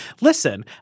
listen